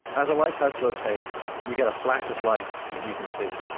as a lighthouse rotates you get a flash of light that you can see.